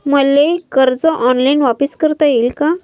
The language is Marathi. मले कर्ज ऑनलाईन वापिस करता येईन का?